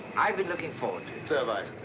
i've been looking forward to and so but